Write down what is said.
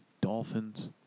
Dolphins